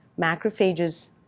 macrophages